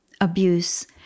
abuse